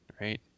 right